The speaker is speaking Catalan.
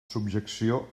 subjecció